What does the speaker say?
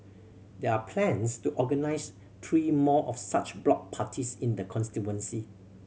there are plans to organise three more of such block parties in the constituency